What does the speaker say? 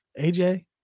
AJ